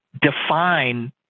define